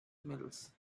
mills